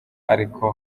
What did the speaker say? ariko